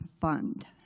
fund